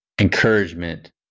encouragement